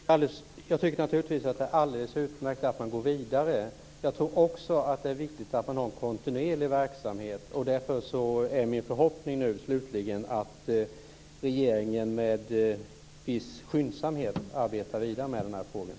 Herr talman! Jag tycker naturligtvis att det är utmärkt att man går vidare. Jag tror också att det är viktigt att man har kontinuerlig verksamhet. Därför är min förhoppning att regeringen med viss skyndsamhet jobbar vidare med den här frågan.